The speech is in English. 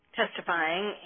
testifying